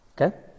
Okay